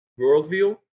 worldview